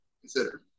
consider